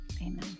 Amen